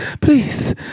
please